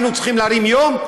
היינו צריכים להרים יום,